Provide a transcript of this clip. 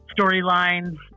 Storylines